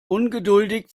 ungeduldig